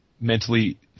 mentally